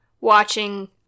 watching